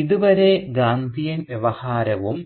ഇതുവരെ ഗാന്ധിയൻ വ്യവഹാരവും